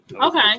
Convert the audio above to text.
Okay